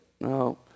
No